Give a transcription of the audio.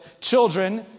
children